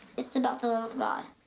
it's about the love of god.